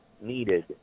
needed